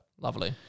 Lovely